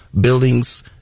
buildings